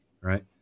right